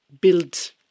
build